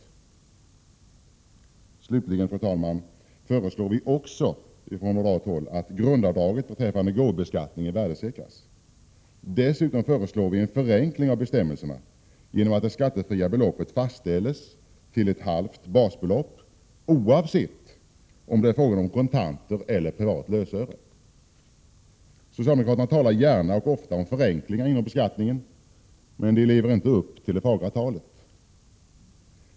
41 Slutligen, fru talman: Vi föreslår också att grundavdraget beträffande gåvobeskattningen värdesäkras. Dessutom föreslår vi en förenkling av bestämmelserna genom att det skattefria beloppet fastställs till ett halvt basbelopp, oavsett om det är fråga om kontanter eller privat lösöre. Socialdemokraterna talar gärna och ofta om förenklingar inom beskattningen. Men de lever inte upp till det fagra talet.